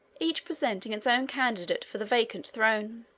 each presenting its own candidate for the vacant throne.